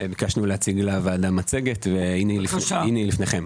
ביקשנו להציג לוועדה מצגת - הנה היא לפניכם.